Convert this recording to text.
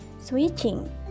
switching